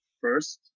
first